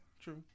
true